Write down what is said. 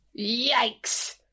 Yikes